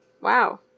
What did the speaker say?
Wow